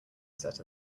set